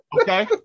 Okay